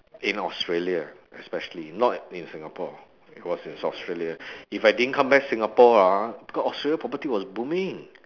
in australia especially not in singapore it was in australia if I didn't come back singapore ah cause australia property was booming